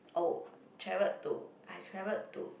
oh travel to I travel to